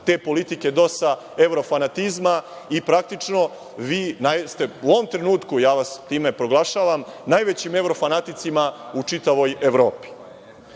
te politike DOS-a, evrofanatizma. Praktično ste vi u ovom trenutku, ja vas time proglašavam najvećim evrofanaticima u čitavoj Evropi. Ono